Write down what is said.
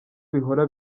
bihora